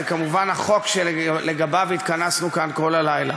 כמובן החוק שלגביו התכנסנו כאן כל הלילה.